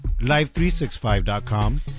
Live365.com